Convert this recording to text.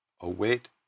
Await